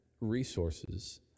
resources